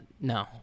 No